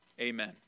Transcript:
amen